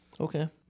Okay